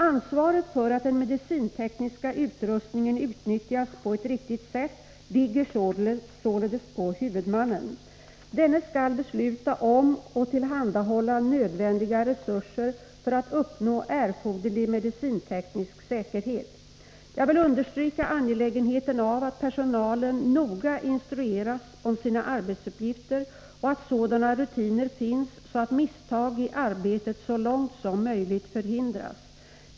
Ansvaret för att den medicintekniska utrustningen utnyttjas på ett riktigt sätt ligger således på huvudmannen. Denne skall besluta om och tillhandahålla nödvändiga resurser för att uppnå erforderlig medicinteknisk säkerhet. Jag vill understryka angelägenheten av att personalen noga instrueras om sina arbetsuppgifter och att sådana rutiner finns så att misstag i arbetet så långt som möjligt förhindras.